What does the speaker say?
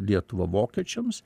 lietuvą vokiečiams